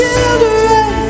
children